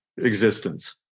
existence